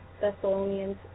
Thessalonians